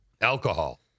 Alcohol